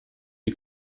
die